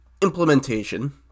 implementation